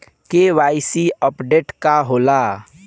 KYC updation का होखेला?